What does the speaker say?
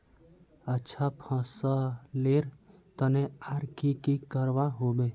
अच्छा फसलेर तने आर की की करवा होबे?